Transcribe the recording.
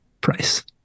price